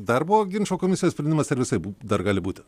darbo ginčų komisijos sprendimas ar visaip dar gali būti